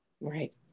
Right